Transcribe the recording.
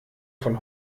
von